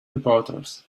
reporters